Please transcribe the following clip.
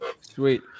Sweet